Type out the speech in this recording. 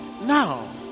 Now